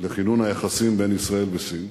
לכינון היחסים בין ישראל לסין.